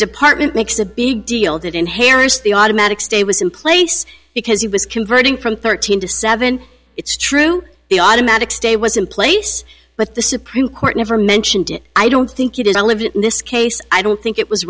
department makes a big deal that inherits the automatic stay was in place because he was converting from thirteen to seven it's true the automatic stay was in place but the supreme court never mentioned it i don't think it is i live in this case i don't think it was